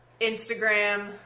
Instagram